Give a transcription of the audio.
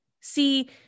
See